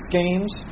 games